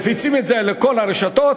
מפיצים את זה לכל הרשתות,